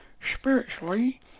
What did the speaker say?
Spiritually